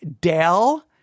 Dell